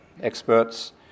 experts